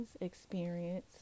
experience